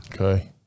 okay